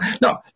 No